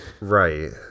Right